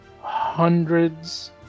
hundreds